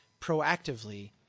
proactively